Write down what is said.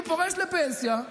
הוא פורש לפנסיה,